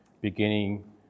beginning